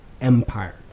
empire